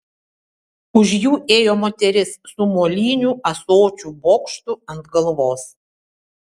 už jų ėjo moteris su molinių ąsočių bokštu ant galvos